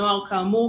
הנוער כאמור,